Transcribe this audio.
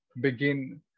begin